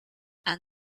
and